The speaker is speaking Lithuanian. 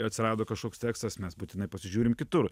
atsirado kažkoks tekstas mes būtinai pasižiūrim kitur